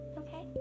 okay